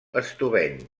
estubeny